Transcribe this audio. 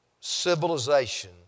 civilization